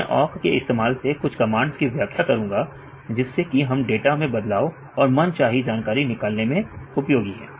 मैं ओक के इस्तेमाल से कुछ कमांड्स की व्याख्या करूंगा जिससे कि हम डाटा में बदलाव और मनचाही जानकारी निकालने में उपयोगी है